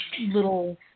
little